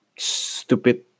stupid